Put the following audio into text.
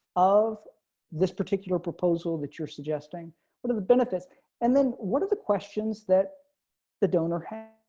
of this particular proposal that you're suggesting what are the benefits and then what are the questions that the donor hands.